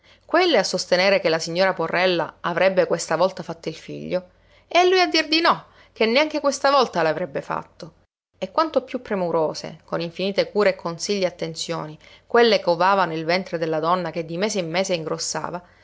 quelle a sostenere che la signora porrella avrebbe questa volta fatto il figlio e lui a dir di no che neanche questa volta l'avrebbe fatto e quanto più premurose con infinite cure e consigli e attenzioni quelle covavano il ventre della donna che di mese in mese ingrossava